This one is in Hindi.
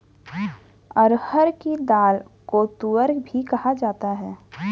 अरहर की दाल को तूअर भी कहा जाता है